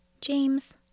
James